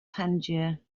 tangier